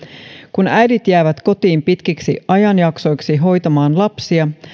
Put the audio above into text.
kun äidit jäävät kotiin pitkiksi ajanjaksoiksi hoitamaan lapsia